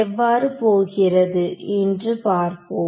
எவ்வாறு போகிறது என்று பார்ப்போம்